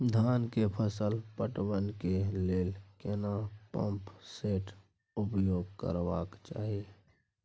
धान के फसल पटवन के लेल केना पंप सेट उपयोग करबाक चाही?